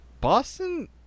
Boston